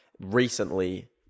recently